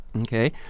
Okay